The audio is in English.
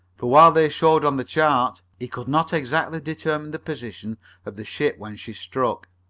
for while they showed on the chart, he could not exactly determine the position of the ship when she struck,